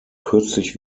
kürzlich